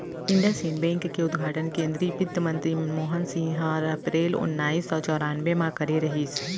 IndusInd bank के उद्घाटन केन्द्रीय बित्तमंतरी मनमोहन सिंह हर अपरेल ओनाइस सौ चैरानबे म करे रहिस